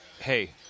hey